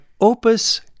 opus